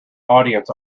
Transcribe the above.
audience